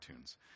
iTunes